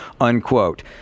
unquote